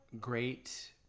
Great